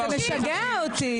זה משגע אותי.